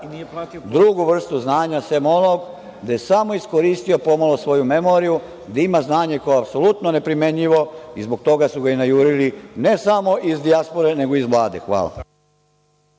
drugu vrstu znanja sem onog gde je samo iskoristio pomalo svoju memoriju, da ima znanje koje je apsolutno neprimenjivo i zbog toga su ga i najurili, ne samo iz dijaspore nego i iz Vlade. Hvala.